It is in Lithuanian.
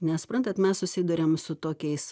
nes suprantat mes susiduriam su tokiais